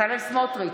בצלאל סמוטריץ'